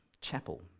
Chapel